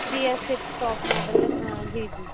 B S six top model जी जी